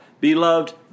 Beloved